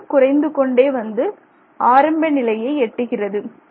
பின்பு குறைந்துகொண்டே வந்து ஆரம்ப நிலையை எட்டுகிறது